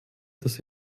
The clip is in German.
dass